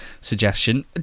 suggestion